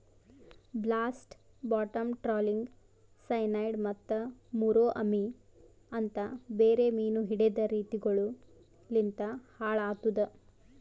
blast, bottom trawling, cyanide ಮತ್ತ ಮುರೋ ಅಮಿ ಅಂತ್ ಬೇರೆ ಮೀನು ಹಿಡೆದ್ ರೀತಿಗೊಳು ಲಿಂತ್ ಹಾಳ್ ಆತುದ್